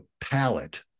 palette